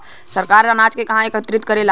सरकार अनाज के कहवा एकत्रित करेला?